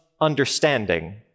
understanding